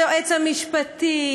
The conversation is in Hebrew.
היועץ המשפטי,